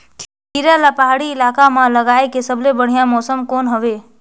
खीरा ला पहाड़ी इलाका मां लगाय के सबले बढ़िया मौसम कोन हवे?